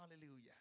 hallelujah